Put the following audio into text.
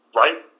right